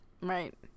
Right